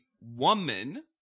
Woman